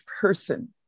person